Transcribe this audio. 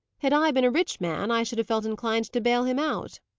had i been a rich man, i should have felt inclined to bail him out.